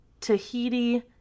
Tahiti